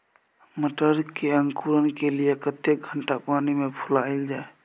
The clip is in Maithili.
मटर के अंकुरण के लिए कतेक घंटा पानी मे फुलाईल जाय?